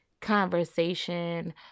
conversation